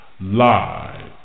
live